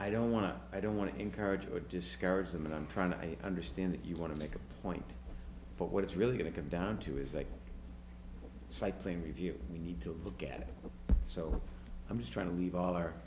i don't want to i don't want to encourage or discourage them and i'm trying to i understand that you want to make a point but what it's really going to come down to is that cycling review we need to look at so i'm just trying to leave all our